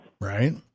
Right